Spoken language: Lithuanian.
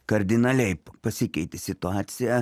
kardinaliai p pasikeitė situacija